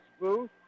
booth